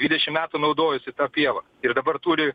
dvidešimt metų naudojosi ta pieva ir dabar turi